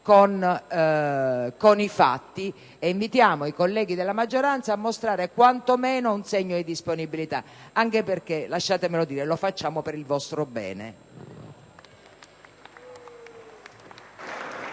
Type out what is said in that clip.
in fatti e invitiamo i colleghi della maggioranza a mostrare quantomeno un segno di disponibilità anche perché - lasciatemelo dire - lo facciamo per il vostro bene.